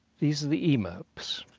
these are the emirps.